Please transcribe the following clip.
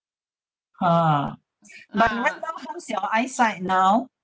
ha but then now how's your eyesight now